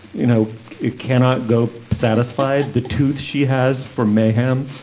you know you cannot go satisfied the tooth she has for mayhem